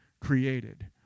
created